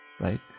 right